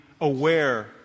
aware